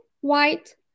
white